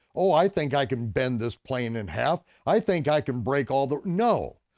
oh, i think i can bend this plane in half. i think i can break all the, no.